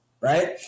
right